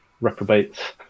reprobates